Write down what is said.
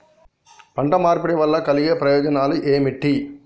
పంట మార్పిడి వల్ల కలిగే ప్రయోజనాలు ఏమిటి?